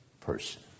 person